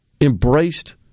embraced